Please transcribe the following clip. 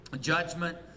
judgment